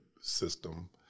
system